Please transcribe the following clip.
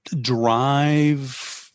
drive